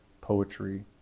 poetry